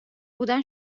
بودن